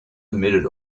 admitted